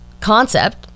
concept